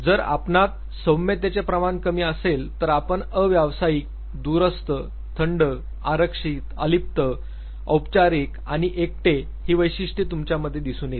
जर आपणात सौम्यतेचे प्रमाण कमी असेल तर आपण अव्यवसायिक दूरस्थ थंड आरक्षित अलिप्त औपचारिक आणि एकटे ही वैशिष्ट्ये तुमच्यामध्ये दिसून येतील